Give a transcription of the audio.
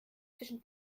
zwischen